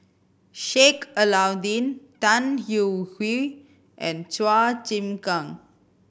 Sheik Alau'ddin Tan Hwee Hwee and Chua Chim Kang